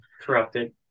Corrupted